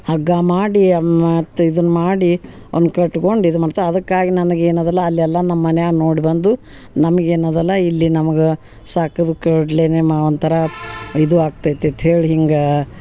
ಹಗ್ಗ ಮಾಡಿ ಮತ್ತು ಇದನ್ನ ಮಾಡಿ ಅವ್ನ ಕಟ್ಕೊಂಡು ಇದು ಮಾಡ್ತಾ ಅದಕ್ಕಾಗಿ ನನ್ಗ ಏನು ಅದಲ್ಲ ಅಲ್ಲಿ ಎಲ್ಲ ನಮ್ಮ ಮನ್ಯಾಗ ನೋಡಿ ಬಂದು ನಮ್ಗೆನು ಅದಲ್ಲ ಇಲ್ಲಿ ನಮಗೆ ಸಾಕದ ಕೂಡ್ಲೆನ ಮ ಒಂಥರ ಇದು ಆಗ್ತೈತಿ ಅಂತೇಳ್ ಹಿಂಗೆ